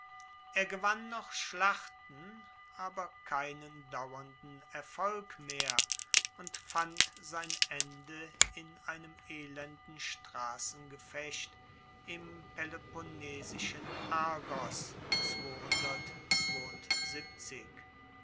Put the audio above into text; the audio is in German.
er gewann noch schlachten aber keinen dauernden erfolg mehr und fand sein ende in einem elenden strassengefecht im peloponnesischen argos